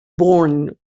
bourne